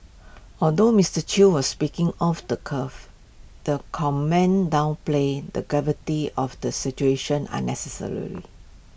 although Mister chew was speaking off the cuff the comment downplays the gravity of the situation unnecessarily